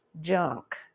junk